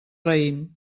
raïm